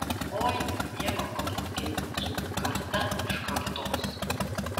oi nemėgo oginskiai pacų karta iš kartos